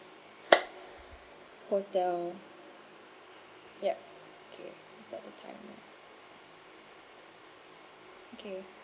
hotel yup okay start the timer okay